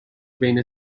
بین